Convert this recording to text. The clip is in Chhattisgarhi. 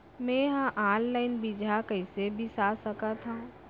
मे हा अनलाइन बीजहा कईसे बीसा सकत हाव